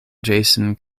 jason